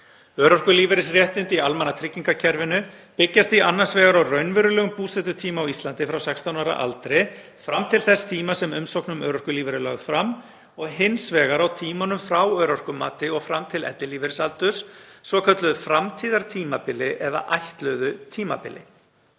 Örorkulífeyrisréttindi í almannatryggingakerfinu byggjast því annars vegar á raunverulegum búsetutíma á Íslandi frá 16 ára aldri fram til þess tíma sem umsókn um örorkulífeyri er lögð fram og hins vegar á tímanum frá örorkumati og fram til ellilífeyrisaldurs, svokölluðu framtíðartímabili eða ætluðu tímabili.